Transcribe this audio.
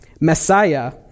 Messiah